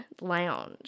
lounge